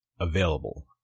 available